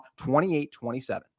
28-27